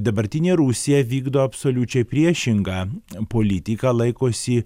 dabartinė rusija vykdo absoliučiai priešingą politiką laikosi